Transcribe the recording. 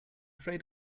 afraid